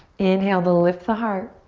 inhale to lift the heart.